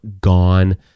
gone